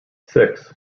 six